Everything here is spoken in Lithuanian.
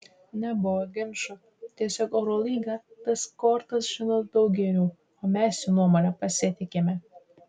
nebuvo ginčų tiesiog eurolyga tas kortas žino daug geriau o mes jų nuomone pasitikime